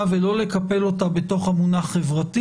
ולא לקפל אותה בתוך המונח "חברתי".